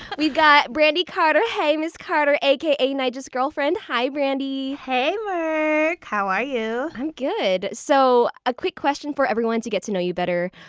we've got brandi carter. carter. hey miss carter! aka nyge's girlfriend. hi, brandi. hey merk! how are you? i'm good! so a quick question for everyone to get to know you better,